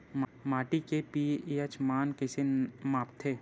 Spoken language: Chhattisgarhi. माटी के पी.एच मान कइसे मापथे?